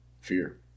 fear